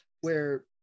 where-